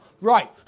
Right